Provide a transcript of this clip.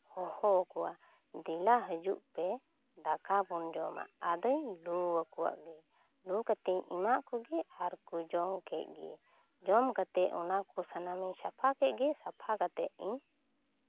ᱦᱚᱦᱚᱣ ᱠᱚᱣᱟ ᱫᱮᱞᱟ ᱦᱤᱡᱩᱜ ᱯᱮ ᱫᱟᱠᱟ ᱵᱚᱱ ᱡᱚᱢᱟ ᱟᱫᱚᱧ ᱞᱩᱼᱣᱠᱚᱣᱟ ᱟᱜᱮ ᱞᱩ ᱠᱟᱛᱮᱧ ᱮᱢᱟᱜ ᱠᱚᱜᱮ ᱟᱨᱠᱚ ᱡᱚᱢ ᱠᱮᱫ ᱜᱮ ᱡᱚᱢ ᱠᱟᱛᱮᱫ ᱚᱱᱟᱠᱚ ᱥᱟᱱᱟᱢᱤᱧ ᱥᱟᱯᱷᱟ ᱠᱮᱫ ᱜᱮ ᱥᱟᱯᱷᱟ ᱠᱟᱛᱮᱫ ᱤᱧ